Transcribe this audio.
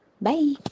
Bye